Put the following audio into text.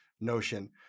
notion